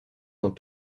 dans